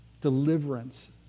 deliverance